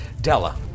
Della